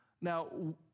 Now